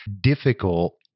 difficult